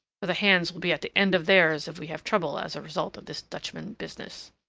for the hands will be at the end of theirs if we have trouble as a result of this dutchman business.